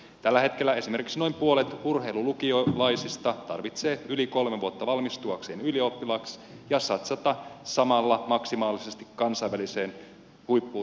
tällä hetkellä esimerkiksi noin puolet urheilulukiolaisista tarvitsee yli kolme vuotta valmistuakseen ylioppilaaksi ja satsatakseen samalla maksimaalisesti kansainväliseen huippu urheilijan uraan